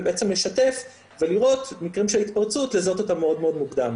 ובעצם לשתף ולראות מקראים של התפרצות וכך לזהות אותם מאוד מוקדם.